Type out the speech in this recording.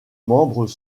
membres